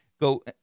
go